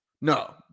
No